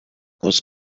was